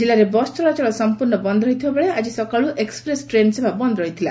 ଜିଲ୍ଲାରେ ବସ୍ ଚଳାଚଳ ସଂପ୍ରର୍ଷ ବନ୍ଦ ରହିଥିବା ବେଳେ ଆକି ସକାଳୁ ଏକ୍ପ୍ରେସ୍ ଟ୍ରେନ୍ ସେବା ବନ୍ଦ ରହିଥିଲା